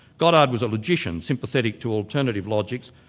goddard was a logician, sympathetic to alternative logics,